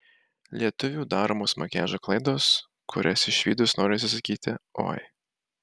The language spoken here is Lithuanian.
lietuvių daromos makiažo klaidos kurias išvydus norisi sakyti oi